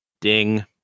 Ding